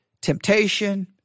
temptation